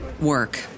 work